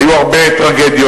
היו הרבה טרגדיות.